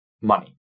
money